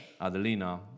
Adelina